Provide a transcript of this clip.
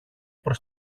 προς